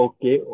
Okay